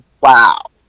wow